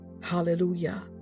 Hallelujah